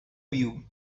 view